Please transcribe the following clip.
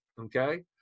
okay